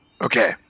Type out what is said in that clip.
Okay